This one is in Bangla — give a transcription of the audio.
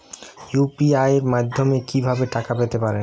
ইউ.পি.আই মাধ্যমে কি ভাবে টাকা পেতে পারেন?